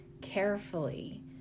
carefully